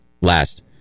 last